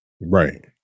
Right